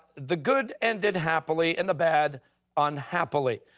the good ended happily, and the bad unhappily.